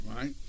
right